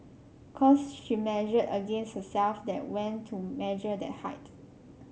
cos she measured against herself then went to measure that height